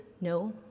no